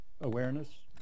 awareness